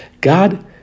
God